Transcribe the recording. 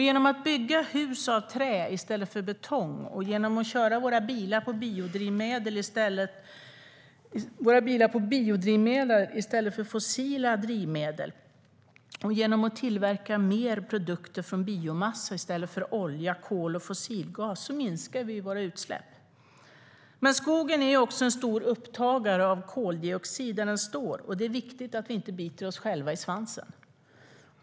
Genom att bygga hus av trä i stället för betong, genom att köra våra bilar på biodrivmedel i stället för fossila drivmedel och genom att tillverka mer produkter från biomassa i stället för olja, kol och fossilgas minskar vi våra utsläpp. Men skogen är också en stor upptagare av koldioxid där den står, och det är viktigt att vi inte biter oss själva i svansen.